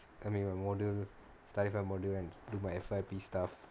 I make my model study for module and do my F_Y_P stuff